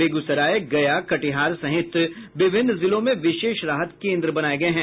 बेगसूराय गया कटिहार सहित विभिन्न जिलों में विशेष राहत केन्द्र बनाये गये हैं